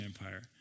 empire